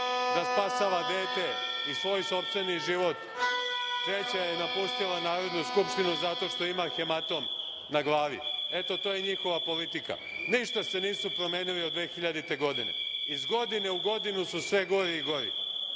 da spasava dete i svoj sopstveni život, treća je napustila Narodnu skupštinu zato što ima hematom na glavi. To je njihova politika. Ništa se nisu promenili od 2000. godine. Iz godine u godinu su sve gori i gori